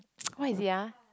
what is it ah